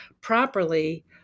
properly